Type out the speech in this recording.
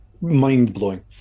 mind-blowing